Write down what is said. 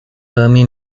ame